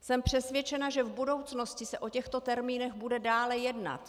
Jsem přesvědčena, že v budoucnosti se o těchto termínech bude dále jednat.